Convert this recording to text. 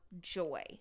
Joy